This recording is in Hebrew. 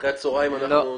אחרי הצהריים אנחנו ---?